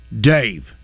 Dave